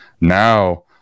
now